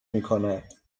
میکند